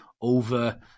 over